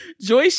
Joy